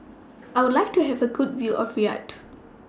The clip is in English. I Would like to Have A Good View of Riyadh